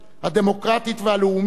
הדמוקרטית והלאומית,